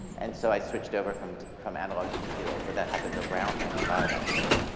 and so i switched over from from analog to digital, but that happened around ninety five, actually.